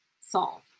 solve